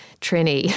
Trini